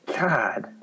God